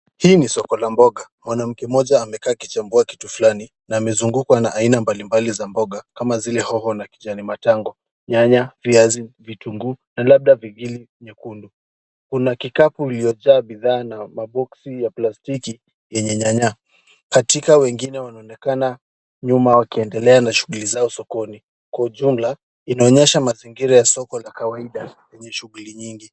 Hii ni soko la mboga, mwanamke mmoja amekaa akichambua kitu fulani na amezungukwa na aina mbalimbali za mboga kama vile hoho na kijani matango, nyanya, viazi, vitunguu na labda pilipili nyekundu vingine kuna kikapu kilichojaa bidhaa na maboxi ya plastiki yenye nyanya, katika wengine wanaonekana nyuma wakiendelea na shughuli zao sokoni. Kwa ujumla inaonyesha mazingira ya soko la kawaida yenye shughuli nyingi.